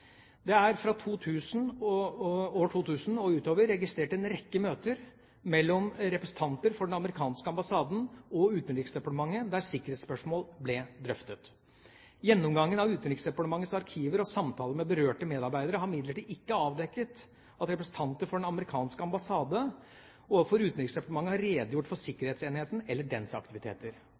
Det er fra 2000 og utover registrert en rekke møter mellom representanter for den amerikanske ambassaden og Utenriksdepartementet der sikkerhetsspørsmål ble drøftet. Gjennomgangen av Utenriksdepartementets arkiver og samtaler med berørte medarbeidere har imidlertid ikke avdekket at representanter for den amerikanske ambassaden overfor Utenriksdepartementet har redegjort for sikkerhetsenheten eller dens aktiviteter.